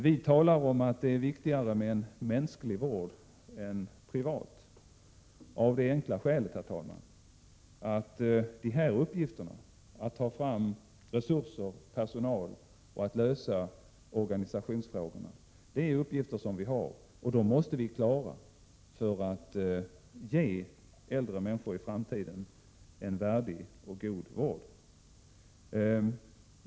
Vi talar om att det är viktigare med en mänsklig vård än med en privat av det enkla skälet att uppgifterna att ta fram resurser och personal och att lösa organisationsfrågorna är de uppgifter vi har och måste klara för att i framtiden kunna ge äldre människor en värdig och god vård.